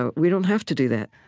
ah we don't have to do that